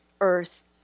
Earth